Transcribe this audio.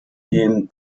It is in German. dem